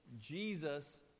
Jesus